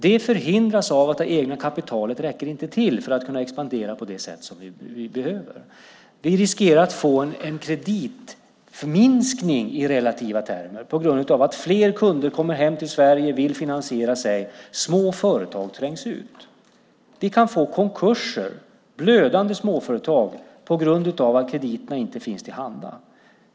Det förhindras av att det egna kapitalet inte räcker till för att man ska kunna expandera på det sätt som vi behöver. Vi riskerar att få en kreditminskning i relativa termer på grund av att fler kunder kommer hem till Sverige och vill finansiera sig. Små företag trängs ut. Vi kan få konkurser, blödande småföretag, på grund av att krediterna inte finns till handa.